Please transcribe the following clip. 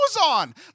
on